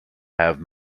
have